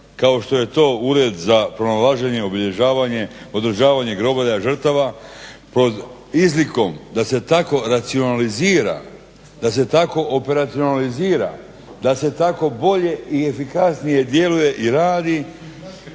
kako što je to Ured za pronalaženje, obilježavanje, održavanje grobalja žrtava pod izlikom da se tako racionalizira, da se tako operacionalizira, da se tako bolje i efikasnije djeluje i radi,